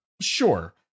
Sure